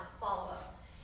follow-up